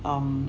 um